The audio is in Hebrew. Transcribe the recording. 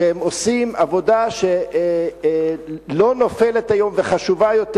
והם עושים היום עבודה שלא נופלת וחשובה יותר